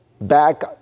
back